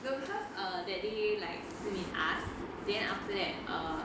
no because err that day like si min asked then after that err